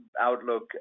outlook